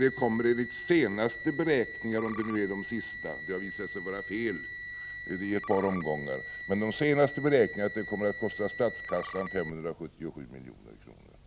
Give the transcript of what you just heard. Det kommer enligt de senaste beräkningarna — om det nu är de sista, eftersom de i ett par omgångar har visat sig vara felaktiga — att kosta statskassan 577 milj.kr.